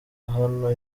hano